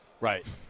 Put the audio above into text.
Right